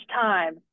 time